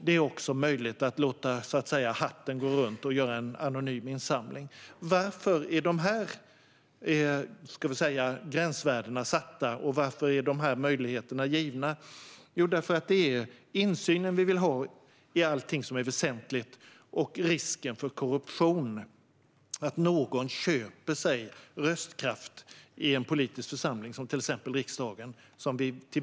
Det är också möjligt att så att säga låta hatten gå runt och göra en anonym insamling. Varför är dessa gränsvärden satta, och varför är dessa möjligheter givna? Jo, därför att vi vill ha insyn i allt som är väsentligt och vill till varje pris undvika korruption, det vill säga att någon köper sig röstkraft i en politisk församling som till exempel riksdagen.